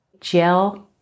gel